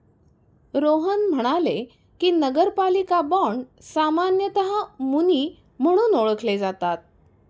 रोहन म्हणाले की, नगरपालिका बाँड सामान्यतः मुनी म्हणून ओळखले जातात